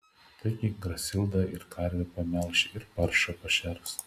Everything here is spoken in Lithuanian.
taigi grasilda ir karvę pamelš ir paršą pašers